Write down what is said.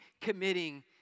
committing